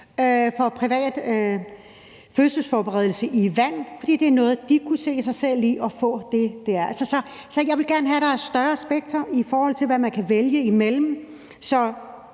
derfor er det en datter alligevel – fordi det var noget, de kunne se sig selv i. Så jeg vil gerne have, at der er et større spektrum, i forhold til hvad man kan vælge imellem.